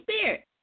spirit